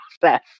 process